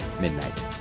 Midnight